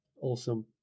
Awesome